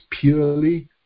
purely